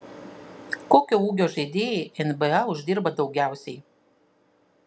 kokio ūgio žaidėjai nba uždirba daugiausiai